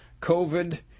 COVID